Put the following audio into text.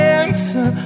answer